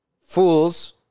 fools